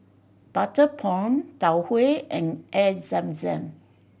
butter prawn Tau Huay and Air Zam Zam